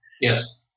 Yes